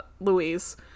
Louise